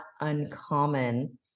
uncommon